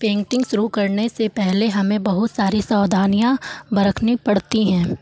painting शुरू करने से पहले हमें बहुत सारी सावधानियाँ बरतनी पड़ती हैं